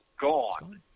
gone